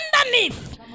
underneath